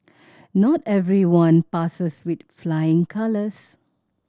not everyone passes with flying colours